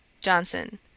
Johnson